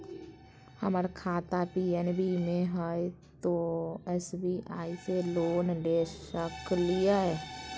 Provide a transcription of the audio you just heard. हमर खाता पी.एन.बी मे हय, तो एस.बी.आई से लोन ले सकलिए?